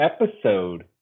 episode